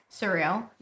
Surreal